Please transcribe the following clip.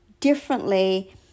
differently